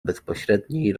bezpośredniej